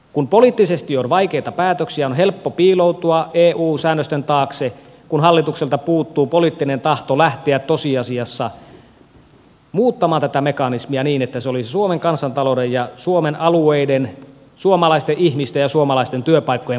kun poliittisesti on vaikeita päätöksiä on helppo piiloutua eu säännösten taakse kun hallitukselta puuttuu poliittinen tahto lähteä tosiasiassa muuttamaan tätä mekanismia niin että se olisi suomen kansantalouden ja suomen alueiden suomalaisten ihmisten ja suomalaisten työpaikkojen puolesta järkevää